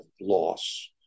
loss